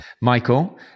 Michael